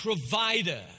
provider